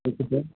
okay sir